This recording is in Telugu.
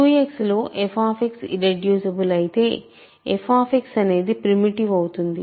QX లో f ఇర్రెడ్యూసిబుల్ అయితే f అనేది ప్రిమిటివ్ అవుతుంది